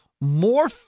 more